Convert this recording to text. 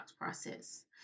process